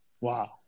Wow